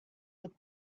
would